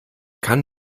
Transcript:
kann